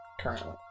Currently